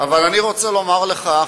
אבל אני רוצה לומר לך,